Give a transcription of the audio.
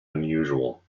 unusual